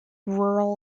rural